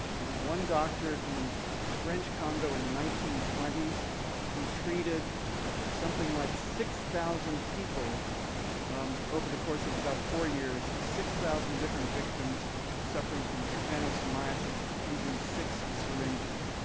there was one doctor in the french congo in the nineteen twenty s who treated something like six thousand people over the course of about four years, six thousand different victims suffering from trypanosomiasis using six syringes.